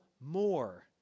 more